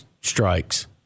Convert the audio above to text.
strikes